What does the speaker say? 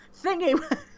Thingy